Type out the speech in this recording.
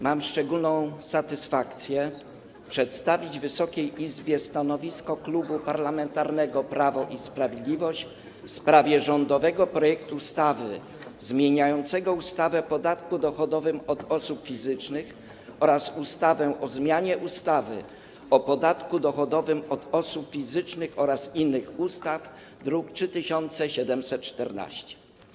Mam szczególną satysfakcję przedstawić Wysokiej Izbie stanowisko Klubu Parlamentarnego Prawo i Sprawiedliwość w sprawie rządowego projektu ustawy zmieniającej ustawę o podatku dochodowym od osób fizycznych oraz ustawę o zmianie ustawy o podatku dochodowym od osób fizycznych oraz innych ustaw, druk nr 3714.